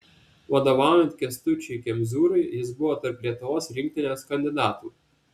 vadovaujant kęstučiui kemzūrai jis buvo tarp lietuvos rinktinės kandidatų